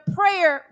prayer